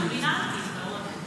מאוד דומיננטית.